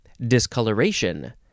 Discoloration